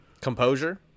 Composure